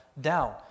down